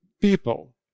people